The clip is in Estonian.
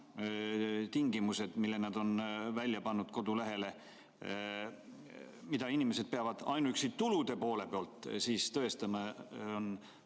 tingimused, mille nad on välja pannud kodulehele selle kohta, mida inimesed peavad ainuüksi tulude poole pealt tõestama: